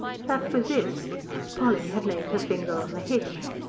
that was it polly had laid her finger on the hitch.